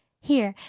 here,